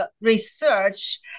research